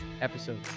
episode